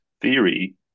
theory